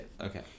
Okay